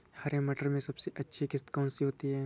हरे मटर में सबसे अच्छी किश्त कौन सी होती है?